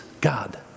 God